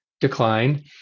decline